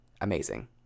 amazing